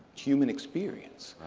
human experience.